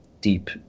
deep